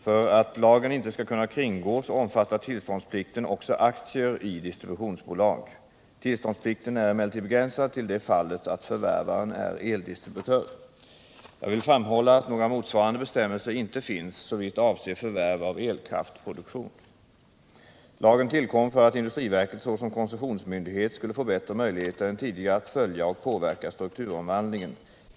För att lagen inte skall kunna kringgås omfattar tillståndsplikten också aktier i distributionsbolag. Tillståndsplikten är emellertid begränsad till det fallet att förvärvaren är eldistributör. Jag vill framhålla att några motsvarande bestämmelser inte finns såvitt avser förvärv av elkraftsproduktion. bättre möjligheter än tidigare att följa och påverka strukturomvandlingen.